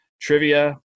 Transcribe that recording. trivia